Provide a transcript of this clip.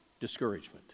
discouragement